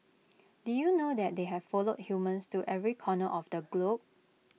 did you know that they have followed humans to every corner of the globe